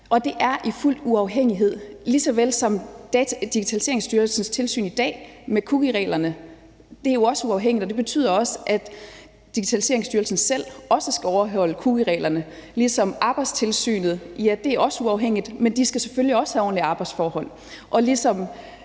Og det er i fuld uafhængighed lige såvel som Digitaliseringsstyrelsens tilsyn i dag med cookiereglerne. Det er jo også uafhængigt, og det betyder også, at Digitaliseringsstyrelsen selv også skal overholde cookiereglerne, ligesom Arbejdstilsynet også er uafhængigt, men de skal selvfølgelig også have ordentlige arbejdsforhold, og ligesom